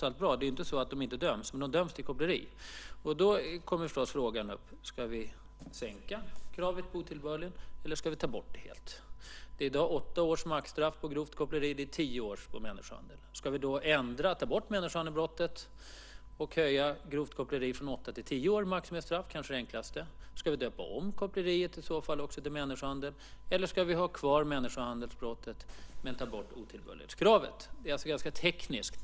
Det är inte så att gärningsmännen inte döms, men de döms för koppleri. Då kommer frågan upp: Ska vi sänka kravet på "otillbörligen" eller ska vi ta bort det helt? Det är i dag åtta års maxstraff för grovt koppleri, och det är tio års maxstraff för människohandel. Ska vi ändra och ta bort brottet människohandel och höja maximistraffet för grovt koppleri från åtta till tio år? Det är kanske det enklaste. Ska vi i så fall döpa om koppleri till människohandel? Eller ska vi ha kvar brottet människohandel men ta bort otillbörlighetskravet? Det är ganska tekniskt.